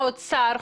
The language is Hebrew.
האוצר,